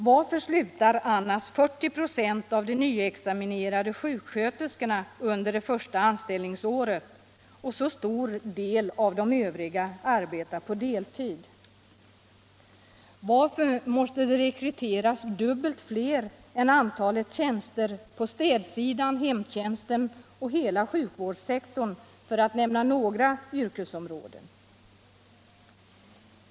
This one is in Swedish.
Varför slutar annars 40 26 av de nvyexaminerade sjuksköterskorna under det första anställningsåret, och varför arbetar så stor del av de övriga på deltid? Eller varför måste det annars rekryteras dubbeh så många som antalet tjänster på städsidan, inom hemtjänsten och hela sjukvårdssektorn, för att nämna några yrkesområden.